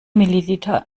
milliliter